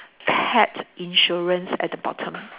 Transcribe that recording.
pet insurance at the bottom